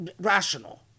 rational